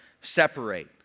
separate